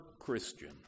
Christian